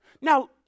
Now